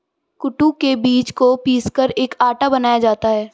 कूटू के बीज को पीसकर एक आटा बनाया जाता है